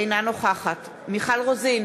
אינה נוכחת מיכל רוזין,